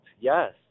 yes